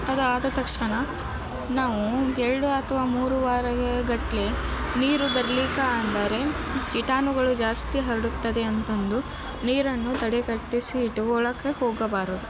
ಅದಾದ ತಕ್ಷಣ ನಾವು ಎರಡು ಅಥವಾ ಮೂರು ವಾರಗಟ್ಲೆ ನೀರು ಬರ್ಲಿಕ್ಕೆ ಅಂದರೆ ಕೀಟಾಣುಗಳು ಜಾಸ್ತಿ ಹರಡುತ್ತದೆ ಅಂತಂದು ನೀರನ್ನು ತಡೆಗಟ್ಟಿಸಿ ಇಟ್ಕೊಳಕ್ಕೆ ಹೋಗಬಾರದು